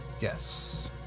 Yes